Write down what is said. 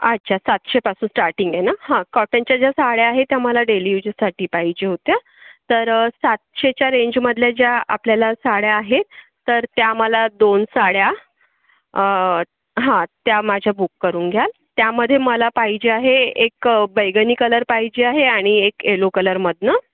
अच्छा सातशे पासून स्टार्टींग आहे ना हां कॉटनच्या ज्या साड्या आहे त्या मला डेली उजेससाठी पाहिजे होत्या तर सातशेच्या रेंजमधल्या ज्या आपल्याला साड्या आहे तर त्या मला दोन साड्या हां त्या माझ्या बुक करून घ्याल त्यामध्ये मला पाहिजे आहे एक बैगनी कलर पाहिजे आणि एक एलो कलरमधनं